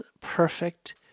perfect